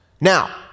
Now